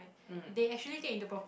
mm